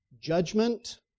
judgment